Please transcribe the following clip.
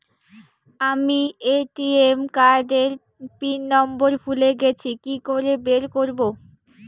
আমি ATM card এর PIN number ভুলে গেছি কি করে বের করব?